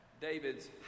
David's